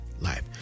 life